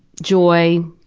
joy,